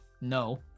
no